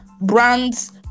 brands